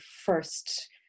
first